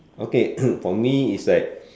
okay for me is like